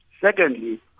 Secondly